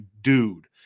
dude